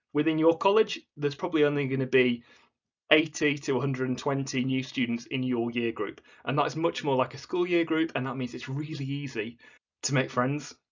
within your college there's probably only going to be eighty to one hundred and twenty new students in your year group and that is much more like a school year group and that means it's really easy to make friends,